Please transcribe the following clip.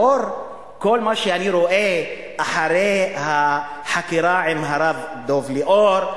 לאור כל מה שאני רואה אחרי החקירה עם הרב דב ליאור,